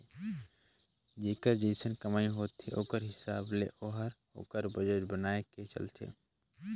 जेकर जइसन कमई होथे ओकरे हिसाब ले ओहर ओकर बजट बनाए के चलथे